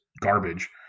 garbage